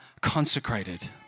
consecrated